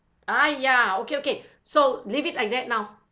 ah ya okay okay so leave it like that now